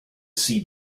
see